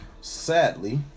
Sadly